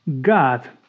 God